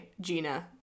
Gina